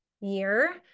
year